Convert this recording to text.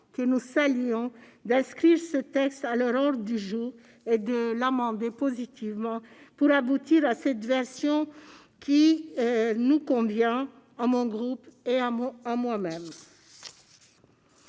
que nous saluons, d'inscrire ce texte à leur ordre du jour, de l'amender positivement pour aboutir à cette version qui nous convient, à mon groupe et à moi-même.